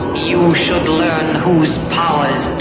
you should learn whose powers